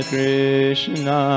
Krishna